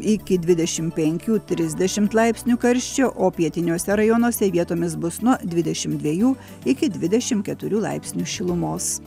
iki dvidešimt penkių trisdešimt laipsnių karščio o pietiniuose rajonuose vietomis bus nuo dvidešimt dviejų iki dvidešimt keturių laipsnių šilumos